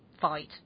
fight